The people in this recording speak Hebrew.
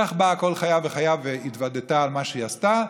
כך באה כל חיה וחיה והתוודתה על מה שהיא עשתה,